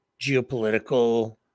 geopolitical